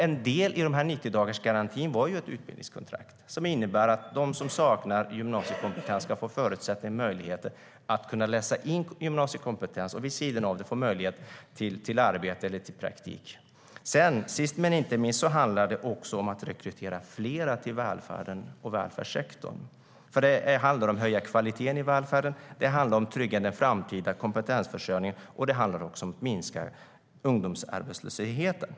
En del i 90-dagarsgarantin är ett utbildningskontrakt som innebär att de som saknar gymnasiekompetens ska få förutsättningar för och möjligheter att läsa in gymnasiekompetens och vid sidan av ha möjlighet till arbete eller praktik.